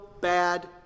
bad